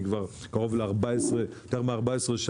אני כבר קרוב ל-14 שנה,